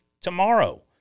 tomorrow